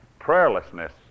Prayerlessness